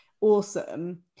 awesome